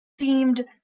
themed